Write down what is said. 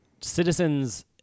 citizens